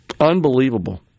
Unbelievable